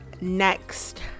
next